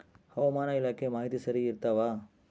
ಹವಾಮಾನ ಇಲಾಖೆ ಮಾಹಿತಿ ಸರಿ ಇರ್ತವ?